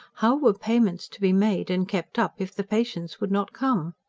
how were payments to be made, and kept up, if the patients would not come?